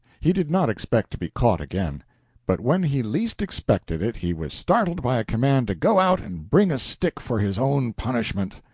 he did not expect to be caught again but when he least expected it he was startled by a command to go out and bring a stick for his own punishment.